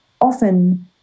often